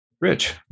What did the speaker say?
Rich